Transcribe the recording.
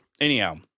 Anyhow